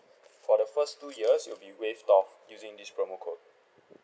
for the first two years it will be waived off using this promo code